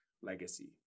legacy